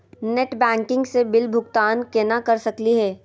Net banking स bill भुगतान केना कर सकली हे?